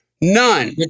None